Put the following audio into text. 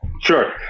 Sure